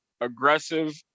aggressive